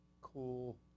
cool